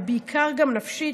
אבל בעיקר אם היא נפשית,